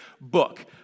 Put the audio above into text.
book